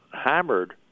hammered